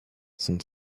sont